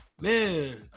man